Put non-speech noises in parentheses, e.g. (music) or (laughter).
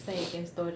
(noise)